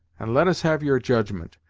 and let us have your judgment,